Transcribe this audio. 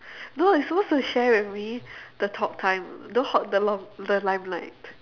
no you're supposed to share with me the talk time don't hog the long the limelight